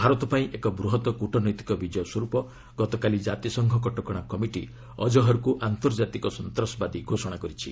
ଭାରତ ପାଇଁ ଏକ ବୂହତ୍ କୃଟନୈତିକ ବିଜୟ ସ୍ୱରୂପ ଗତକାଲି ଜାତିସଂଘ କଟକଣା କମିଟି ଅଜହରକୁ ଆନ୍ତର୍କାତିକ ସନ୍ତାସବାଦୀ ଘୋଷଣା କରିଛି